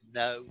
no